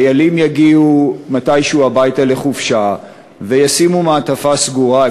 חיילים יגיעו מתישהו הביתה לחופשה וישימו מעטפה סגורה,